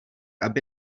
aby